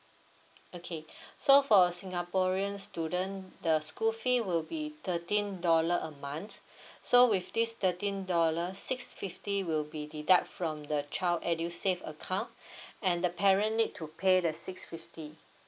okay so for a singaporean student the school fee will be thirteen dollar a month so with this thirteen dollars six fifty will be deduct from the child edusave account and the parent need to pay the six fifty